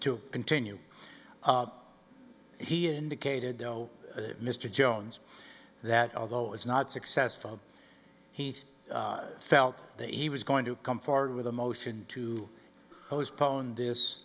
to continue he indicated though mr jones that although it was not successful heat felt that he was going to come forward with a motion to postpone this